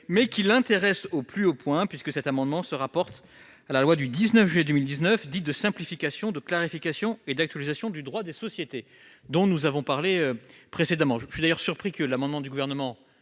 disposition l'intéresse au plus haut point, puisqu'elle se rapporte à la loi du 19 juillet 2019 de simplification, de clarification et d'actualisation du droit des sociétés, dont nous avons précédemment parlé. Je suis d'ailleurs surpris que l'examen de l'amendement